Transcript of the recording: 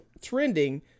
trending